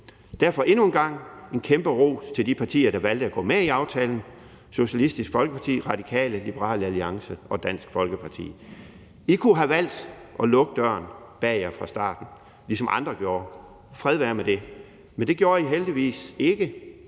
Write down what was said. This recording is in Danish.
jeg endnu en gang give en kæmpe ros til de partier, der valgte at gå med i aftalen – Socialistisk Folkeparti, Radikale, Liberal Alliance og Dansk Folkeparti. I kunne have valgt at lukke døren bag jer fra starten, ligesom andre gjorde – fred være med det – men det gjorde I heldigvis ikke,